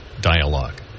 dialogue